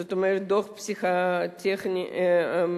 זאת אומרת דוח פסיכוטכני ראשוני,